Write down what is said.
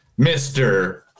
Mr